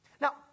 Now